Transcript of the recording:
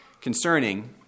concerning